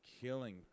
Killing